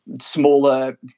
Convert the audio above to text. smaller